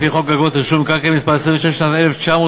לפי חוק אגרות רישום מקרקעין מס' 26 לשנת 1958,